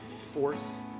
force